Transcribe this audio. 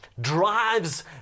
drives